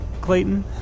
Clayton